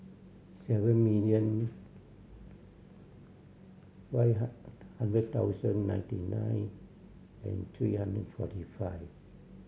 seven million five hundred ninety nine and three hundred forty five